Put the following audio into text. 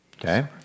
Okay